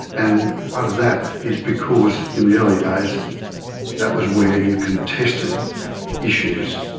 and part of that is because in the early days that was where you contested issues.